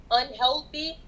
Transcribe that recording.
unhealthy